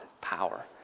power